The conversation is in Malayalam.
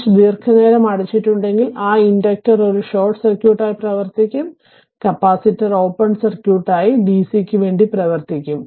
സ്വിച്ച് ദീർഘനേരം അടച്ചിട്ടുണ്ടെങ്കിൽ ആ ഇൻഡക്റ്റർ ഒരു ഷോർട്ട് സർക്യൂട്ടായി പ്രവർത്തിക്കും കപ്പാസിസിറ്റർ ഓപ്പൺ സർക്യൂട്ട് ആയി ഡിസിക്ക് വേണ്ടി പ്രവർത്തിക്കും